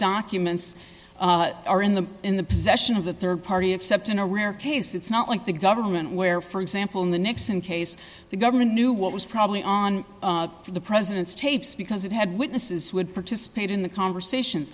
documents are in the in the possession of the rd party except in a rare case it's not like the government where for example in the nixon case the government knew what was probably on the president's tapes because it had witnesses would participate in the conversation